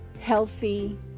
healthy